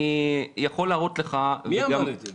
אני יכול להראות לך --- מי אמר את זה?